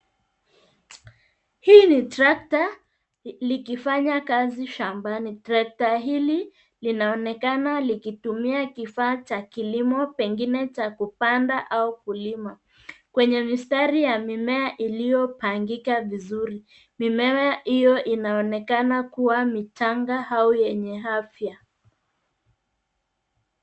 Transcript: Hii ni trakta likifanya kazi shambani, trekta hili linaonekana nikitumia kifaa cha kilimo pengine cha kupanda au kulima. Kwenye mistari ya mimea iliopangika vizuri, mimea hio inaonekana kuwa michanga au yenye afya.